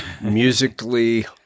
musically